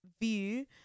view